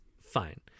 Fine